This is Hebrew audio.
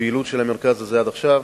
מהפעילות של המרכז הזה עד עכשיו.